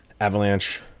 Avalanche